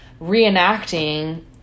reenacting